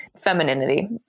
femininity